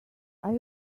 are